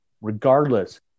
regardless